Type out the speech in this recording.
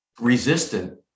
resistant